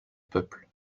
peuple